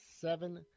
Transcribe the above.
seven